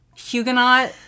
Huguenot